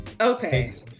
okay